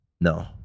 No